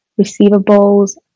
receivables